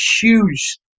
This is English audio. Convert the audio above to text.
huge